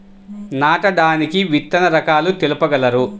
నాటడానికి విత్తన రకాలు తెలుపగలరు?